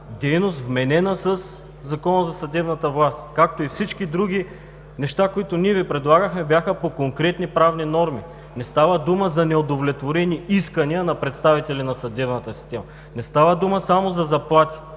дейност, вменена със Закона за съдебната власт, както и всички други неща, които ние Ви предлагахме, бяха по конкретни правни норми. Не става дума за неудовлетворени искания на представители на съдебната система, не става дума само за заплати.